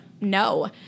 no